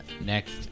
next